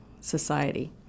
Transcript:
society